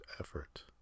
effort